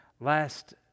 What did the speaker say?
last